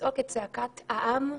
לצעוק את צעקת העם,